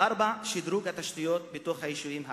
4. שדרוג התשתיות בתוך היישובים הערביים.